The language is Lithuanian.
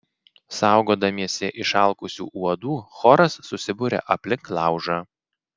saugodamiesi išalkusių uodų choras susiburia aplink laužą